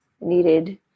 needed